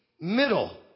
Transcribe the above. middle